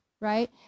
right